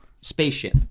spaceship